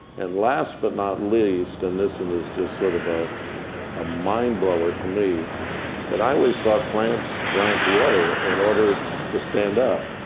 and last, but not least and this one and is just sort of ah a mind blower to me but i always thought plants drank water in order to stand up